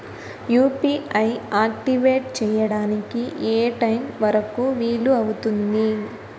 UPI activate చెయ్యడానికి ఏ time వరుకు వీలు అవుతుంది?